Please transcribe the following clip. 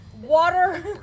water